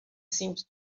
seemed